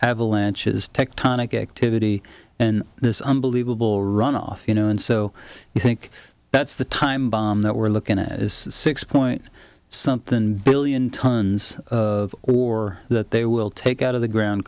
avalanches tectonic activity in this unbelievable run off you know and so you think that's the time bomb that we're looking at six point something billion tons of war that they will take out of the ground